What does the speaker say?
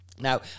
Now